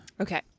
Okay